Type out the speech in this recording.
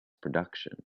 production